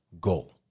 goal